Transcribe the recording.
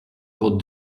got